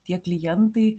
tie klientai